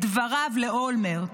את דבריו לאולמרט.